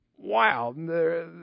wow